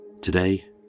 Today